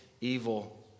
evil